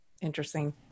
Interesting